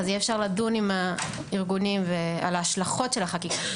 יהיה אפשר לדון עם הארגונים על ההשלכות של החקיקה,